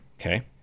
Okay